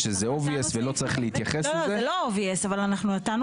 אבל תחזירו את סיוג --- תגיד לי אם זה